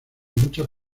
muchas